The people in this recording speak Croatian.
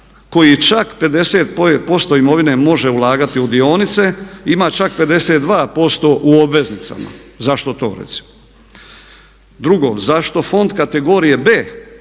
koji čak 50% imovine može ulagati u dionice ima čak 52% u obveznicama. Zašto to recimo? Drugo, zašto fond kategorije B